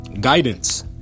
guidance